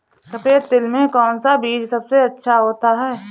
सफेद तिल में कौन सा बीज सबसे अच्छा होता है?